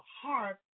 heart